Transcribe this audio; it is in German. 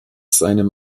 seinem